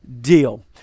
deal